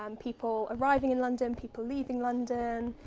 um people arriving in london, people leaving london,